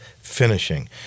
finishing